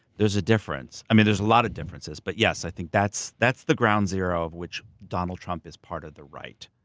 there's a difference. i mean there's a lot of differences, but yes, i think that's that's the ground zero of which donald trump is part of the right.